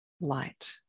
light